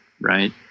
right